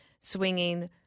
swinging